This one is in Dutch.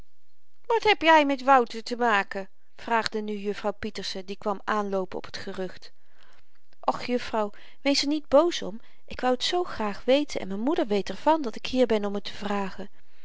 wat heb jy met wouter te maken vraagde nu jufvrouw pieterse die kwam aanloopen op t gerucht och jufvrouw wees r niet boos om ik wou t zoo graag weten en m'n moeder weet er van dat ik hier ben om t te vragen